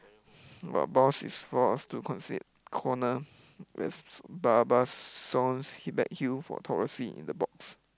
is forced is to concede corner as hit back for Torres hit the corner in the box